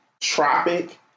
tropic